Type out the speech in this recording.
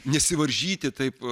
nesivaržyti taip